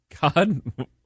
God